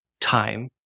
time